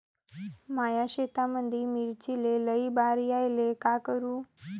माया शेतामंदी मिर्चीले लई बार यायले का करू?